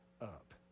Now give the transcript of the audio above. up